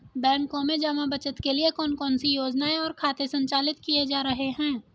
बैंकों में जमा बचत के लिए कौन कौन सी योजनाएं और खाते संचालित किए जा रहे हैं?